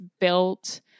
built